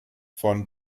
von